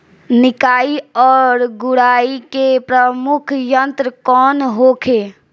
निकाई और गुड़ाई के प्रमुख यंत्र कौन होखे?